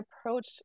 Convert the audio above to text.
approach